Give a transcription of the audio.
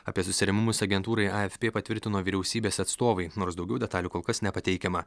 apie susirėmimus agentūrai afp patvirtino vyriausybės atstovai nors daugiau detalių kol kas nepateikiama